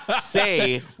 say